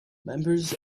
members